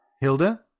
Hilda